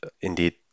indeed